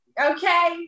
okay